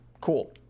Cool